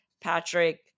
patrick